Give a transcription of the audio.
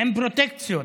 עם פרוטקציות,